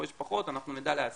פה יש פחות אנחנו נדע להסיט,